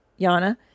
Yana